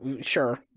sure